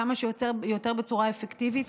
כמה שיותר בצורה אפקטיבית,